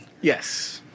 yes